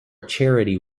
charity